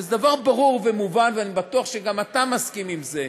זה דבר ברור ומובן, ואני בטוח שגם אתה מסכים לזה,